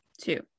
Two